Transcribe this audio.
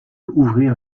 ouvrir